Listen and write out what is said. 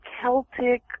Celtic